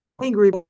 angry